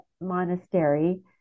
monastery